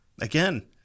Again